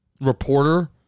reporter